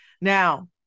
now